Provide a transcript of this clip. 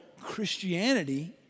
Christianity